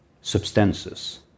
substances